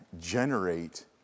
generate